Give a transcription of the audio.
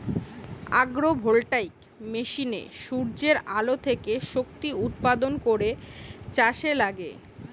agro voltaic মেশিনে সূর্যের আলো থেকে শক্তি উৎপাদন করে চাষে লাগে